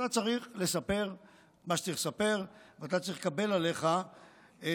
אתה צריך לספר מה שצריך לספר ואתה צריך לקבל עליך את